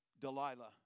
Delilah